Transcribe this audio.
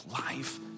life